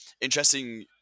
interesting